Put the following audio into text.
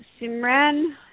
Simran